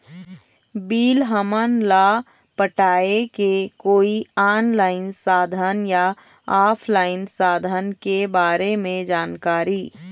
Bill हमन ला पटाए के कोई ऑनलाइन साधन या ऑफलाइन साधन के बारे मे जानकारी?